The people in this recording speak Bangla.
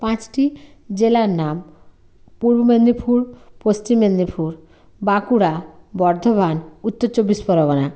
পাঁচটি জেলার নাম পূর্ব মেদিনীপুর পশ্চিম মেদিনীপুর বাঁকুড়া বর্ধমান উত্তর চব্বিশ পরগনা